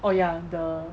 oh ya the